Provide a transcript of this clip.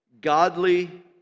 godly